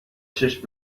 چشم